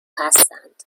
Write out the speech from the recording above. هستند